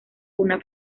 una